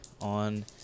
on